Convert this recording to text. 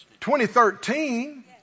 2013